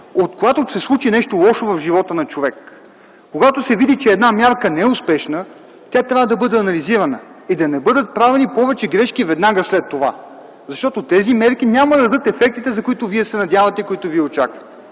Когато се случи нещо лошо в живота на човек, когато се види, че една мярка е неуспешна, тя трябва да бъде анализирана и да не бъдат правени повече грешки веднага след това. Защото тези мерки няма да дадат ефектите, на които вие се надявате и които вие очаквате.